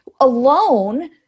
alone